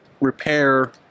repair